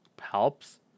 helps